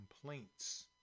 complaints